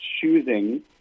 choosing